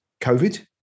COVID